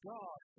God